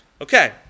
Okay